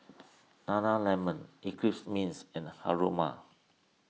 Nana Lemon Eclipse Mints and Haruma